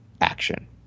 action